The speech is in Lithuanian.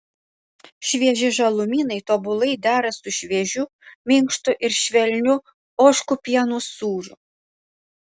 švieži žalumynai tobulai dera su šviežiu minkštu ir švelniu ožkų pieno sūriu